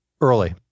Early